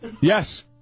Yes